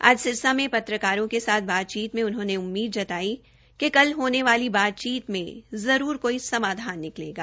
आज सिरसा में पत्रकारों के साथ बातचीत में उन्होंने उम्मीद जताई कि कल होने वाली बातचीत में जरूर कोई समाधान निकलेगा